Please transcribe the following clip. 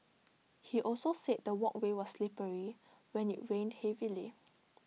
he also said the walkway was slippery when IT rained heavily